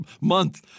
month